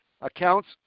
accounts